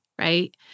right